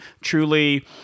truly